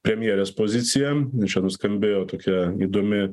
premjerės poziciją čia nuskambėjo tokia įdomi